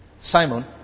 Simon